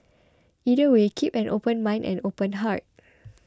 either way keep an open mind and open heart